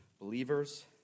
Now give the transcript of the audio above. believers